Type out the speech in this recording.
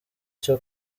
cyo